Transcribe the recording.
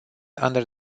under